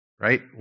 Right